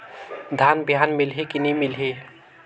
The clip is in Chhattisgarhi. धान बिहान मिलही की नी मिलही?